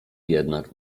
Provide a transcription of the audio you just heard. jednak